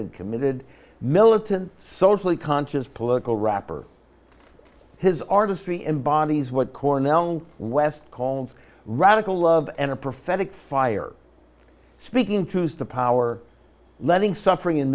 and committed militant socially conscious political rapper his artistry embodies what cornel west calls radical love and a prophetic fire speaking truth to power letting suffering in